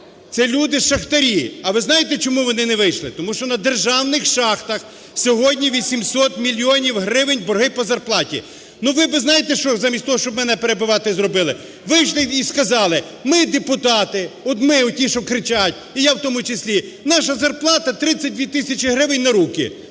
це люди шахтарі. А ви знаєте чому вони не вийшли? Тому що на державних шахтах сьогодні 800 мільйонів гривень - борги по зарплаті. Ну, ви би, знаєте, що замість того, щоб мене перебивати, зробили, вийшли б і сказали: "Ми, депутати, от ми, оті, що кричать, і я в тому числі, наша зарплата 32 тисячі гривень на руки".